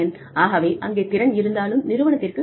ஆகவே அங்கே திறன் இருந்தாலும் நிறுவனத்திற்கு அது தேவைப்படாது